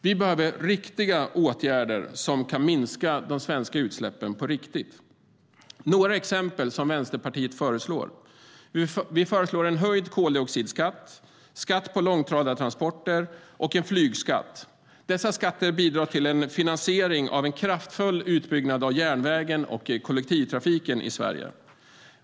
Vi behöver riktiga åtgärder som kan minska de svenska utsläppen på riktigt. Vänsterpartiet föreslår bland annat höjd koldioxidskatt, skatt på långtradartransporter och en flygskatt. Dessa skatter bidrar till en finansiering av en kraftfull utbyggnad av järnvägen och kollektivtrafiken i Sverige.